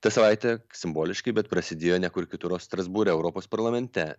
ta savaitė simboliškai bet prasidėjo ne kur kitur o strasbūre europos parlamente